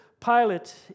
Pilate